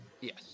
Yes